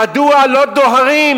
מדוע לא דוהרים?